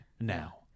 now